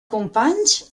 companys